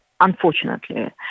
unfortunately